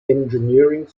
engineering